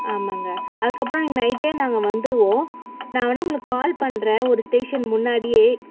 ஆமாம்ங்க அதுக்கப்புறம் நைட்டே நாங்கள் வந்துருவோம் நான் வேணா உங்களுக்கு கால் பண்ணுறேன் ஒரு ஸ்டேஷன் முன்னாடியே